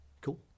Cool